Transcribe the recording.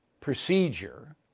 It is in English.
procedure